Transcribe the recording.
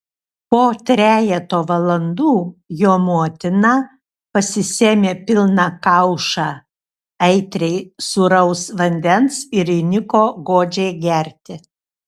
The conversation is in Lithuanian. po trejeto valandų jo motina pasisėmė pilną kaušą aitriai sūraus vandens ir įniko godžiai gerti